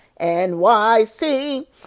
NYC